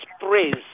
praise